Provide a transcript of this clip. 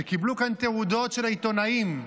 שקיבלו כאן תעודות של עיתונאים,